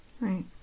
right